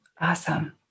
Awesome